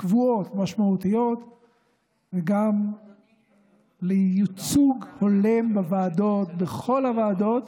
קבועות משמעותיות וגם ייצוג הולם בכל הוועדות,